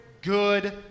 good